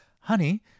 Honey